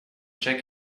jack